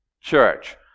church